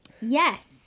Yes